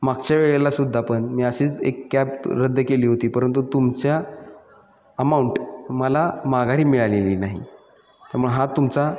मागच्या वेळेलासुद्धा पण मी अशीच एक कॅब रद्द केली होती परंतु तुमच्या अमाऊंट मला माघारी मिळालेली नाही तर मग हा तुमचा